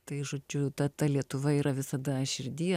tai žodžiu ta ta lietuva yra visada širdy